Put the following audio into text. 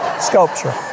Sculpture